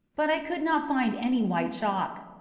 but i could not find any white chalk.